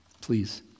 please